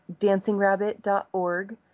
DancingRabbit.org